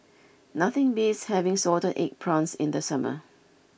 nothing beats having Salted Egg Prawns in the summer